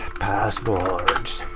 passwords.